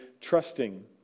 trusting